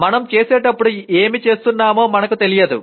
మనం చేసేటప్పుడు ఏమి చేస్తున్నామో మనకు తెలియదు